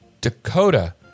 Dakota